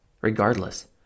Regardless